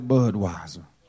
Budweiser